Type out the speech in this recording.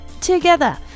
together